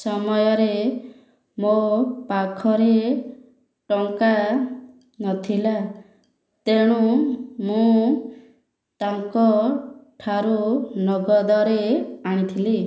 ସମୟରେ ମୋ ପାଖରେ ଟଙ୍କା ନଥିଲା ତେଣୁ ମୁଁ ତାଙ୍କ ଠାରୁ ନଗଦରେ ଆଣିଥିଲି